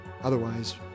Otherwise